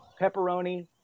pepperoni